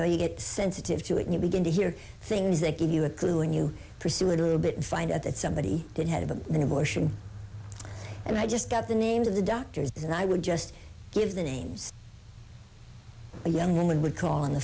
know you get sensitive to it and you begin to hear things that give you a clue and you pursue it a little bit and find out that somebody that had an abortion and i just got the names of the doctors and i would just give the names a young woman would call on the